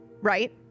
Right